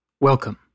Welcome